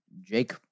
Jake